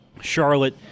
Charlotte